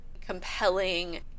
compelling